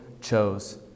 chose